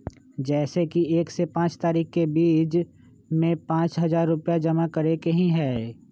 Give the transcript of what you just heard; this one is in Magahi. जैसे कि एक से पाँच तारीक के बीज में पाँच हजार रुपया जमा करेके ही हैई?